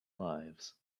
lives